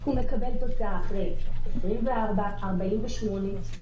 הוא מקבל תוצאה אחרי 24 או 48 שעות.